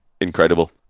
Incredible